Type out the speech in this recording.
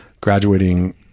graduating